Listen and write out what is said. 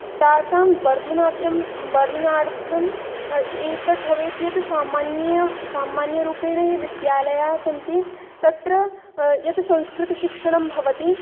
तासां वर्धनात्रं वर्धनार्थम् एतत् भवेत् यत् सामान्य सामान्यरूपेण ये विद्यालयाः सन्ति तत्र यत् संस्कृतशिक्षणं भवति